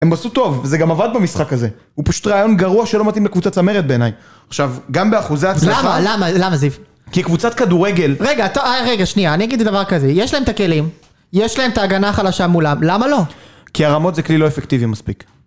הם עשו טוב, זה גם עבד במשחק הזה, הוא פשוט רעיון גרוע שלא מתאים לקבוצת צמרת בעיניי, עכשיו, גם באחוזי הצלחה למה, למה, למה זיו? כי קבוצת כדורגל רגע, אתה, רגע, שנייה, אני אגיד דבר כזה, יש להם את הכלים, יש להם את ההגנה החלשה מולם, למה לא? כי הרמות זה כלי לא אפקטיבי מספיק